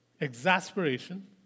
Exasperation